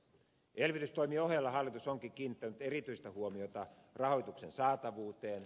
elvytystoimien ohella hallitus onkin kiinnittänyt erityistä huomiota rahoituksen saatavuuteen